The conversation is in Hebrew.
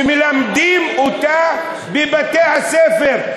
ומלמדים אותה בבתי-הספר,